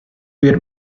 with